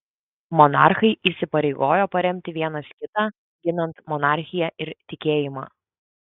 monarchai įsipareigojo paremti vienas kitą ginant monarchiją ir tikėjimą